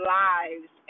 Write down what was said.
lives